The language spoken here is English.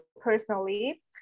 personally